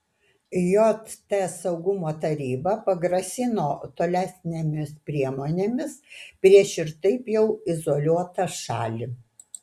jt saugumo taryba pagrasino tolesnėmis priemonėmis prieš ir taip jau izoliuotą šalį